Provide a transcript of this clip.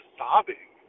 sobbing